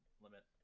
limit